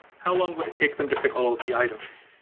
how long would it take them to pick all of the items?